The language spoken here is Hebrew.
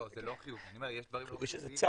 לא, זה לא חיובי, אני אומר, יש דברים לא חיוביים,